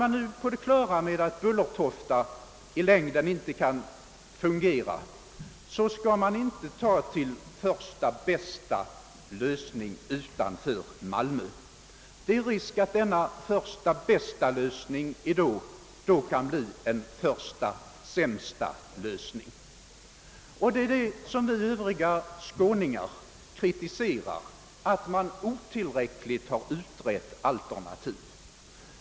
man nu är på det klara med att »Bullertofta» i längden inte kan fungera skall man inte ta till första bästa lösning utanför Malmö. Det är risk för att denna första bästa lösning då kan bli en första sämsta lösning. Vad vi övriga skåningar kritiserar är att man otillräckligt har utrett alternativen.